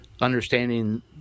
understanding